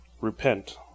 repent